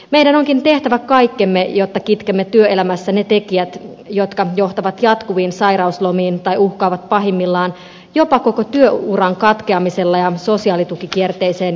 meidän onkin tehtävä kaikkemme jotta kitkemme työelämästä ne tekijät jotka johtavat jatkuviin sairauslomiin tai uhkaavat pahimmillaan jopa katkaista koko työuran ja johtaa sosiaalitukikierteeseen joutumiseen